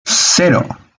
cero